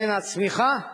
בין הצמיחה,